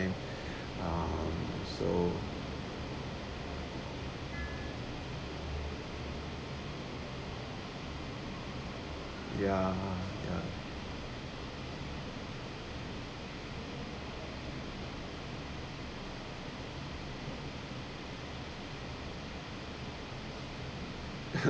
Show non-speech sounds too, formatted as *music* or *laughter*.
um so ya ya *laughs*